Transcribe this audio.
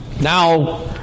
Now